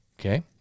Okay